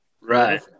Right